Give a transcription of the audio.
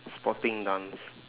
sporting dance